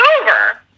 over